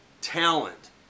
talent